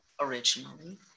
originally